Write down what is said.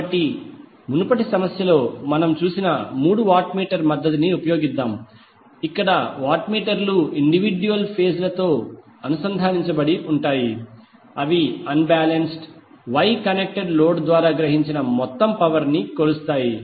కాబట్టి మునుపటి సమస్యలో మనము చూసిన మూడు వాట్ మీటర్ పద్ధతిని ఉపయోగిస్తాము ఇక్కడ వాట్ మీటర్ లు ఇండివిడ్యువల్ ఫేజ్ లతో అనుసంధానించబడి ఉంటాయి అవి unbalanced Y connect load ద్వారా గ్రహించిన మొత్తం పవర్ ని కొలుస్తాయి